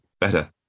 better